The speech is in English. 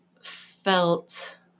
felt